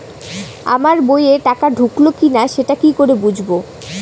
আমার বইয়ে টাকা ঢুকলো কি না সেটা কি করে বুঝবো?